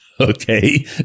Okay